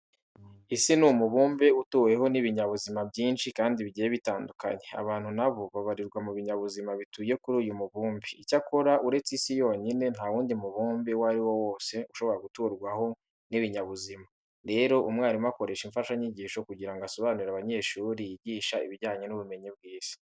Isi ni umubumbe utuweho n'ibinyabuzima byinshi kandi bigiye bitandukanye. Abantu na bo babarirwa mu binyabuzima bituye kuri uyu mubumbe. Icyakora uretse Isi yonyine nta wundi mubumbe uwo ari wo wose ushobora guturwaho n'ibinyabuzima. Rero, umwarimu akoresha imfashanyigisho kugira ngo asobanurire abanyeshuri yigisha ibijyanye n'ubumenyi bw'Isi.